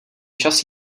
čas